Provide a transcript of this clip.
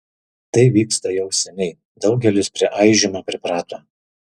tai vyksta jau seniai daugelis prie aižymo priprato